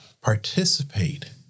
participate